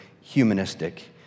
humanistic